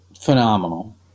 phenomenal